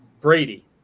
Brady